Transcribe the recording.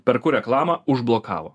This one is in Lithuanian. perku reklamą užblokavo